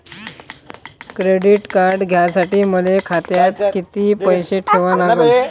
Credit card घ्यासाठी मले खात्यात किती पैसे ठेवा लागन?